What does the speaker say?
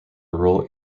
rule